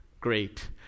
great